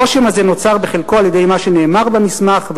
הרושם הזה נוצר בחלקו על-ידי מה שנאמר במסמך,